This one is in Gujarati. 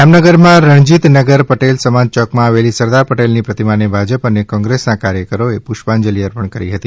જામનગરમાં રણજીતનગર પટેલ સમાજ યોકમાં આવેલી સરદાર પટેલની પ્રતિમાને ભાજપ અને કોંગ્રેસના કાર્યકરોએ પ્રષ્પાંજલિ અર્પણ કરી હતી